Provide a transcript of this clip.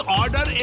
order